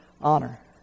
honor